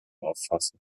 auffassen